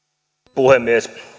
puhemies